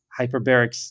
hyperbarics